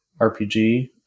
RPG